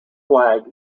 flag